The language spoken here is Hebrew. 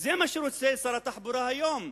זה מה ששר התחבורה רוצה היום,